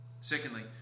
secondly